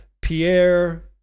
Pierre